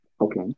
Okay